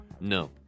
no